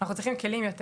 אנחנו צריכים כלים יותר